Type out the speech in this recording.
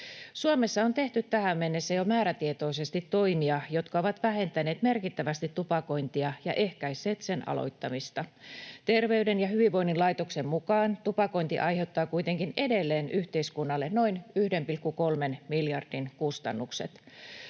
Suomessa on tehty tähän mennessä jo määrätietoisesti toimia, jotka ovat vähentäneet merkittävästi tupakointia ja ehkäisseet sen aloittamista. Terveyden ja hyvinvoinnin laitoksen mukaan tupakointi aiheuttaa kuitenkin edelleen yhteiskunnalle noin 1,3 miljardin kustannukset.